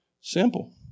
simple